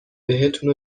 بهتون